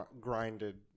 grinded